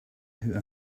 who